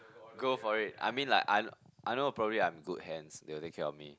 go for it I mean like I know I know probably I'm in good hands they will take care of me